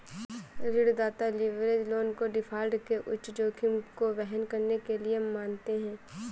ऋणदाता leverage loan को default के उच्च जोखिम को वहन करने के लिए मानते हैं